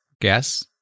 Guess